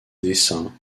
dessin